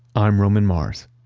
i'm roman mars.